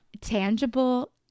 tangible